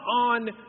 on